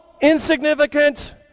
insignificant